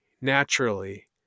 naturally